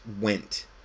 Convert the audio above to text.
went